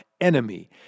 enemy